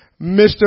Mr